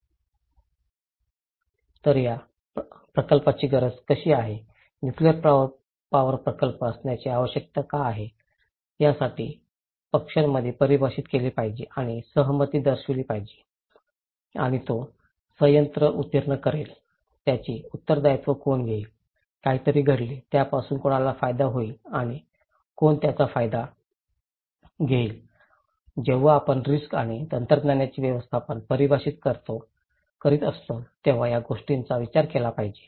तर त्या प्रकल्पाची गरज कशी आहे नुकलेअर पॉवर प्रकल्प असण्याची आवश्यकता का आहे यासाठी पक्षांमध्ये परिभाषित केले पाहिजे आणि सहमती दर्शविली पाहिजे आणि जो संयंत्र उत्तीर्ण करेल त्याचे उत्तरदायित्व कोण घेईल काहीतरी घडले त्यापासून कोणाला फायदा होईल आणि कोण त्याचा फायदा घेईल जेव्हा आपण रिस्क आणि तंत्रज्ञानाचे व्यवस्थापन परिभाषित करीत असतो तेव्हा या गोष्टींचा विचार केला पाहिजे